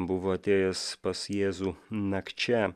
buvo atėjęs pas jėzų nakčia